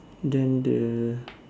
then the